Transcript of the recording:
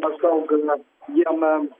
maždaug na jie na